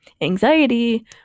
anxiety